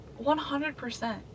100%